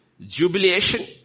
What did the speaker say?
jubilation